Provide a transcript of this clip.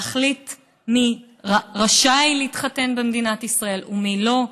להחליט מי רשאי להתחתן במדינת ישראל ומי לא,